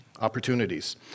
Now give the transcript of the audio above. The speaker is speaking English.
opportunities